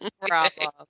problem